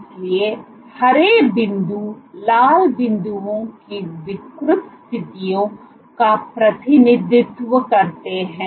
इसलिए हरे बिंदु लाल बिंदुओं की विकृत स्थितियों का प्रतिनिधित्व करते हैं